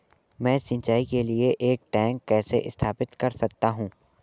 मैं सिंचाई के लिए एक टैंक कैसे स्थापित कर सकता हूँ?